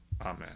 Amen